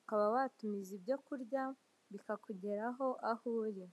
ukaba watumiza ibyo kurya bikakugeraho aho uri.